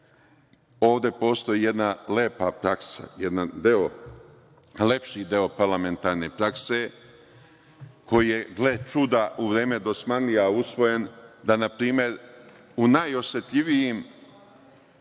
Ovde postoji jedna lepa praksa, jedan lepši deo parlamentarne prakse, koji je, gle čuda, u vreme dosmanlija usvojen da na primer u najosetljivijim